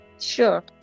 Sure